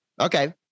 Okay